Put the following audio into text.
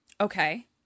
okay